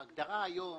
ההגדרה היום